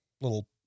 little